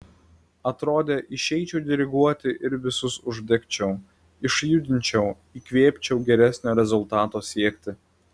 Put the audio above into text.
atrodė išeičiau diriguoti ir visus uždegčiau išjudinčiau įkvėpčiau geresnio rezultato siekti